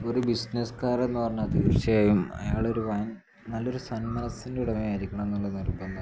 ഒരു ബിസിനസ്സ്കാരൻ എന്ന് പറഞ്ഞാൽ തീർച്ചയായും അയാളൊരു വൻ നല്ലൊരു സന്മനസ്സിൻ്റെ ഉടമ ആയിരിക്കണം എന്നുള്ള നിർബന്ധം